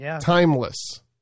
timeless